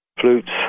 flutes